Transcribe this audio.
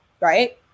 right